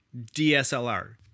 DSLR